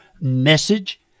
message